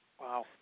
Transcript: wow